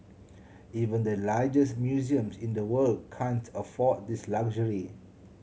even the largest museums in the world can't afford this luxury